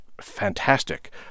fantastic